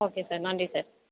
okay sir நன்றி sir